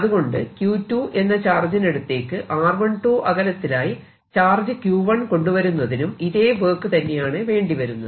അതുകൊണ്ട് Q2 എന്ന ചാർജിനടുത്തേക്ക് r12 അകലത്തിലായി ചാർജ് Q1 കൊണ്ടുവരുന്നതിനും ഇതേ വർക്ക് തന്നെയാണ് വേണ്ടിവരുന്നത്